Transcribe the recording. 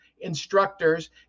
instructors